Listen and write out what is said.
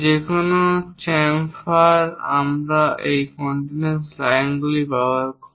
যে কোনো চ্যামফার আমরা এই কন্টিনিউয়াস লাইনগুলি ব্যবহার করে